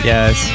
Yes